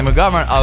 McGovern